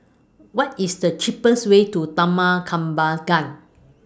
What IS The cheapest Way to Taman Kembangan